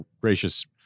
gracious